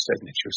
signatures